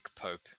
Pope